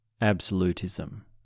absolutism